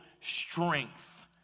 strength